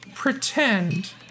Pretend